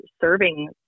serving